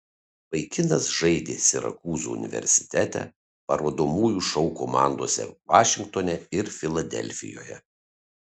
vaikinas žaidė sirakūzų universitete parodomųjų šou komandose vašingtone ir filadelfijoje